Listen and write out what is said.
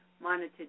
monitored